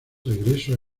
regreso